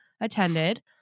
attended